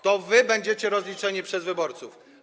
To wy będziecie rozliczeni przez wyborców.